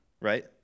right